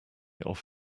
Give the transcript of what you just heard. off